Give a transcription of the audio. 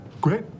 Great